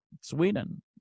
Sweden